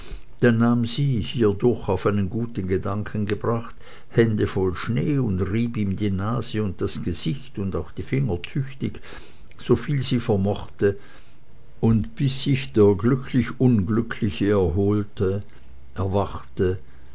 dann nahm sie hiedurch auf einen guten gedanken gebracht hände voll schnee und rieb ihm die nase und das gesicht und auch die finger tüchtig soviel sie vermochte und bis sich der glücklich unglückliche erholte erwachte